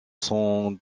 sont